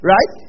Right